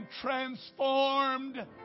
transformed